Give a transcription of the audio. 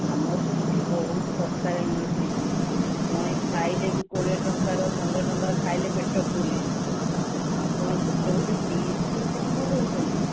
ଆମର ତ ସେଠି ବହୁତ ଶସ୍ତାରେ ମିଳୁଛି ଜଣେ ଖାଇଲେ ବି କୋଡ଼ିଏ ଟଙ୍କାର ପନ୍ଦର ଟଙ୍କାର ଖାଇଲେ ପେଟ ଫୁଲ୍ ହୋଇଯିବ ଆପଣ ଗୋଟେ ଗୋଟେ ପିସ୍କୁ ଏତେଟଙ୍କା କହୁଛନ୍ତି